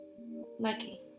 lucky